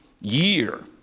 year